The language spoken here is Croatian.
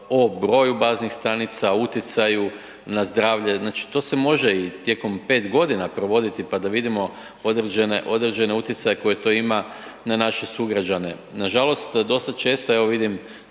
o broju baznih stanica, utjecaju na zdravlje, znači to se može i tijekom 5 godina provoditi pa da vidimo određene utjecaje koje to ima na naše sugrađane. Nažalost dosta često evo vidim